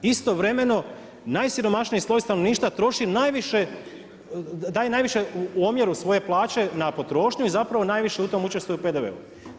Istovremeno, najsiromašniji sloj stanovništva troši najviše daje, najviše u omjeru svoje plaće na potrošnju i zapravo najviše u tom učestvuju u PDV-u.